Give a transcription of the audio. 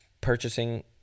purchasing